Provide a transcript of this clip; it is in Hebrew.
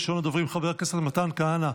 ראשון הדוברים, חבר הכנסת מתן כהנא,